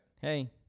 hey